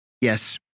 Yes